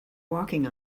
walking